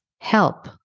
Help